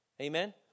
Amen